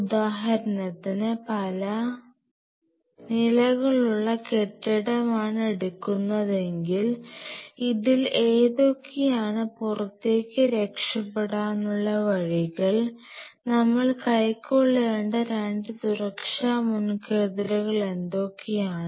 ഉദാഹരണത്തിന് പല നിലകളുള്ള കെട്ടിടമാണ് എടുക്കുന്നതെങ്കിൽ ഇതിൽ ഏതൊക്കെയാണ് പുറത്തേയ്ക്ക് രക്ഷപ്പെടാനുള്ള വഴികൾ നമ്മൾ കൈക്കൊള്ളേണ്ട രണ്ട് സുരക്ഷാ മുൻകരുതലുകൾ എന്തൊക്കെയാണ്